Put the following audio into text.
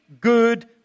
good